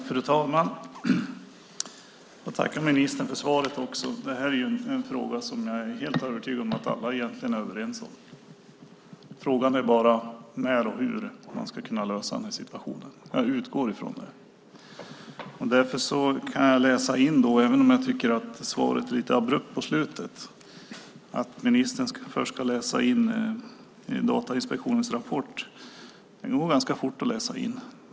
Fru talman! Jag tackar ministern för svaret. Det här är en fråga som jag är helt övertygad om att alla egentligen är överens om. Frågan är bara när och hur situationen kan lösas. Även om jag tycker att svaret var lite abrupt på slutet förstår jag att ministern först ska läsa Datainspektionens rapport. Den går fort att läsa.